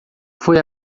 foi